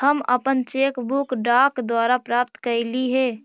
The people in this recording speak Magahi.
हम अपन चेक बुक डाक द्वारा प्राप्त कईली हे